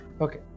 Okay